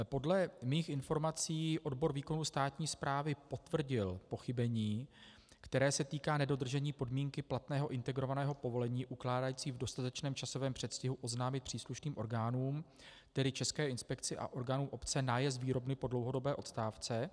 Podle mých informací odbor výkonu státní správy potvrdil pochybení, které se týká nedodržení podmínky platného integrovaného povolení ukládající v dostatečném časovém předstihu oznámit příslušným orgánům, tedy České inspekci a orgánům obce, nájezd výrobny po dlouhodobé odstávce.